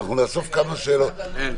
אני רק אענה לו.